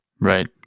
Right